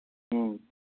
ꯎꯝ